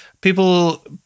people